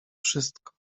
wszystko